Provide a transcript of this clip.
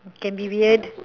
can be weird